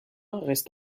reste